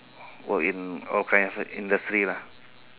work in all kinds of industry lah